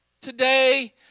today